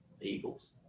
Eagles